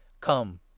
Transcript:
Come